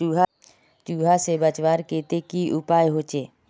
चूहा से बचवार केते की उपाय होचे?